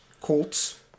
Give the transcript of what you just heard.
Colts